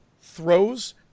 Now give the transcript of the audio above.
throws